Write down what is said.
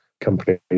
companies